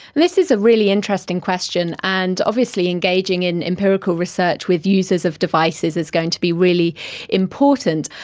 this is a really interesting question and obviously engaging in empirical research with users of devices is going to be really important.